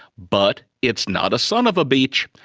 but it's not a son of a beech!